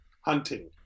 hunting